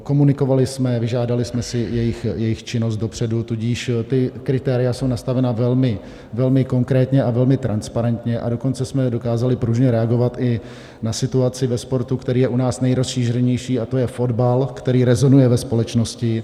Komunikovali jsme, vyžádali jsme si jejich činnost dopředu, tudíž ta kritéria jsou nastavena velmi konkrétně a velmi transparentně, a dokonce jsme dokázali pružně reagovat i na situaci ve sportu, který je u nás nejrozšířenější, a to je fotbal, který rezonuje ve společnosti.